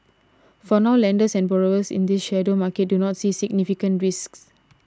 for now lenders and borrowers in this shadow market do not see significant risks